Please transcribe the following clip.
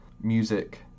music